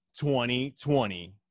2020